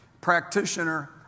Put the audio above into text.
Practitioner